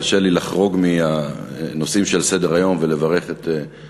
תרשה לי לחרוג מהנושאים שעל סדר-היום ולברך את הורי,